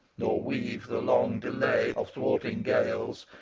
nor weave the long delay of thwarting gales,